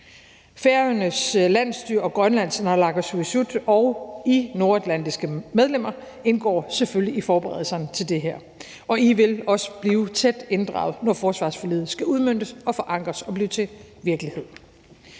Færøernes landsstyre og Grønlands naalakkersuisut og I nordatlantiske medlemmer indgår selvfølgelig i forberedelserne til det her, og I vil også blive tæt inddraget, når forsvarsforliget skal udmøntes og forankres og blive til virkelighed.